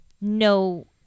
no